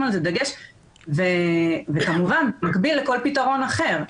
על זה דגש וכמובן במקביל לכל פתרון אחר.